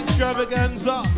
extravaganza